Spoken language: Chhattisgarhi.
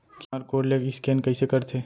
क्यू.आर कोड ले स्कैन कइसे करथे?